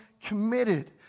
committed